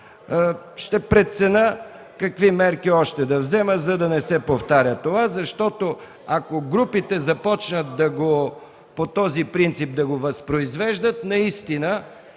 Ще преценя какви мерки още да взема, за да не се повтаря това. Ако групите започнат по този принцип да го възпроизвеждат, наистина